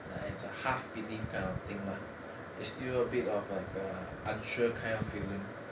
like it's like a half believe kind of thing lah it's still a bit of like a unsure kind of feeling